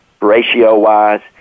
ratio-wise